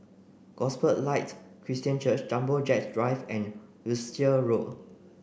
Gospel Light Christian Church Jumbo Jet Drive and Wiltshire Road